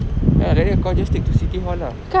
ya call just take to city hall lah